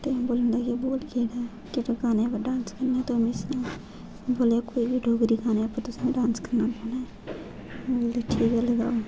ते बोलन लग्गे बोल केह्ड़ा ऐ केह्ड़े गाने उप्पर डांस करना तू मिगी सनाऽ में बोलेआ कोई बी डोगरी गाने उप्पर तुसें डांस करना पौना बोलदे ठीक ऐ लगाओ